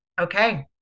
okay